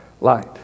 light